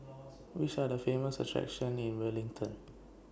Which Are The Famous attractions in Wellington